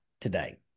today